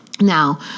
Now